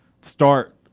start –